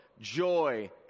joy